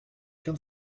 qu’un